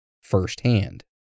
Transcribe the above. firsthand